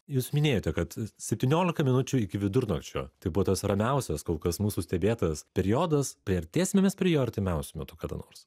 jūs minėjote kad septyniolika minučių iki vidurnakčio tai buvo tas ramiausias kol kas mūsų stebėtas periodas priartėsime mes prie jo artimiausiu metu kada nors